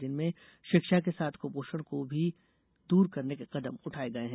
जिनमें शिक्षा के साथ कुपोषण को भी दूर करने के कदम उठाये गये हैं